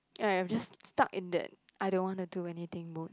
ya I'm just stuck in that I don't want to do anything mode